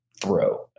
throw